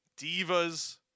Divas